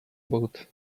boat